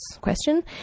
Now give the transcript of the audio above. question